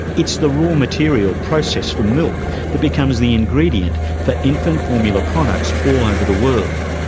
it's the raw material processed from milk that becomes the ingredient for infant formula products all over the world.